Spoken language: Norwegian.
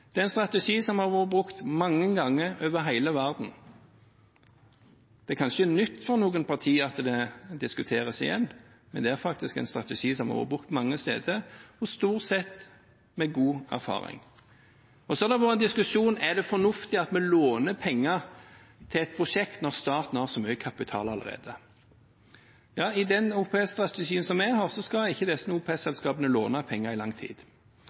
den blir tatt i bruk. Det er ingen ny gjennomføringsstrategi, som en del politikere gir inntrykk av i denne debatten. Det er en strategi som har vært brukt mange ganger over hele verden. Det er kanskje nytt for noen partier at det diskuteres igjen, men det er faktisk en strategi som har vært brukt mange steder, og stort sett med god erfaring. Så har det vært en diskusjon om det er fornuftig at vi låner penger til et prosjekt når staten har så mye kapital allerede. I den OPS-strategien som